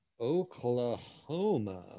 Oklahoma